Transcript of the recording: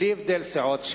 בלי הבדל סיעות,